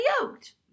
yoked